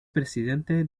presidente